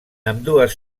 ambdues